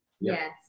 Yes